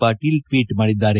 Patil tweet ಮಾಡಿದ್ದಾರೆ